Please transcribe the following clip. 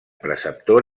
preceptor